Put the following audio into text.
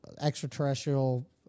extraterrestrial